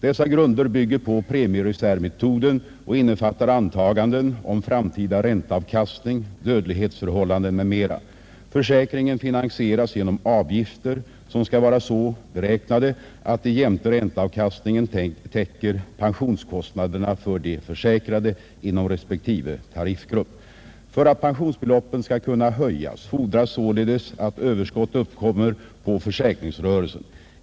Dessa grunder bygger på premiereservmetoden och innefattar antaganden om framtida ränteavkastning, dödlighetsförhållanden m.m. Försäkringen finansieras genom avgifter som skall vara så beräknade att de jämte ränteavkastningen täcker pensionskostnaderna för de försäkrade inom respektive tariffgrupp. För att pensionsbeloppen skall kunna höjas fordras således att överskott uppkommer på försäkringsrörelsen.